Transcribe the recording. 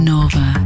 Nova